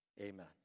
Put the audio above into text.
Amen